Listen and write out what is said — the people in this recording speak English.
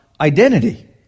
identity